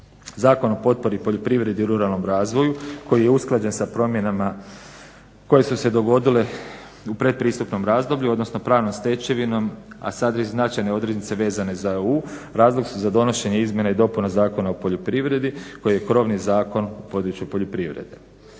Zakon o potpori poljoprivredi i ruralnom razvoju koji je usklađen sa promjenama koje su se dogodile u pretpristupnom razdoblju odnosno pravnom stečevinom, a sada već značajne odrednice vezane za EU razlog su za donošenje izmjena i dopuna Zakona o poljoprivredi koji je krovni zakon u području poljoprivrede.